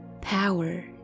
Power